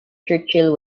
churchill